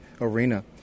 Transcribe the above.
arena